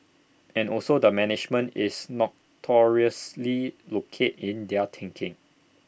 and also the management is notoriously locate in their thinking